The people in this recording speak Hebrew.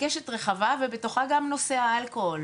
בקשת רחבה, ובתוכה גם נושא האלכוהול.